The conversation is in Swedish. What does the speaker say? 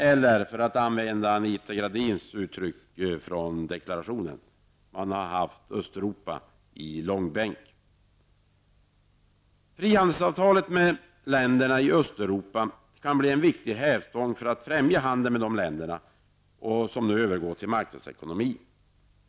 Eller för att använda Anita Gradins uttryck i deklarationen: Man har haft Östeuropa i långbänk. Frihandelsavtal med länderna i Östeuropa kan bli en viktigt hävstång för att främja handeln med dessa länder, som nu övergår till marknadsekonomi.